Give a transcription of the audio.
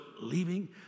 leaving